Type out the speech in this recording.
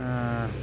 ᱟᱨ